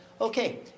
Okay